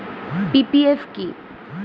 PPF কি?